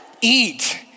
eat